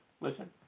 Listen